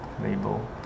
Label